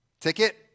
ticket